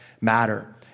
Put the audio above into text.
matter